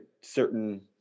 certain